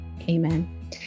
Amen